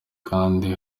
kandi